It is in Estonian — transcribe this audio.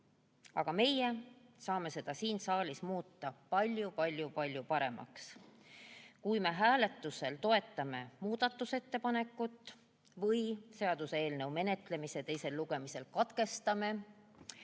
aga meie saame seda siin saalis muuta palju-palju-palju paremaks, kui me hääletusel toetame muudatusettepanekut või seaduseelnõu menetlemise teisel lugemisel katkestame,